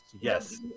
Yes